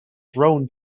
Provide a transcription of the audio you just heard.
thrown